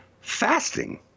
fasting